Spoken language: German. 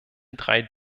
drei